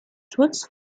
schutz